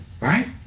right